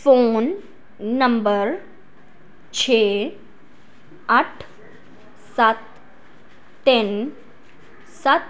phone number ਛੇ ਅੱਠ ਸੱਤ ਤਿੰਨ ਸੱਤ